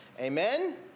Amen